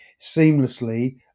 seamlessly